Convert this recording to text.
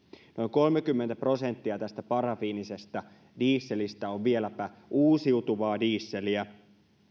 kolmekymmentä prosenttia tästä parafiinisestä dieselistä on vieläpä uusiutuvaa dieseliä